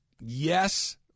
yes